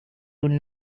would